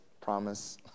promise